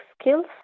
skills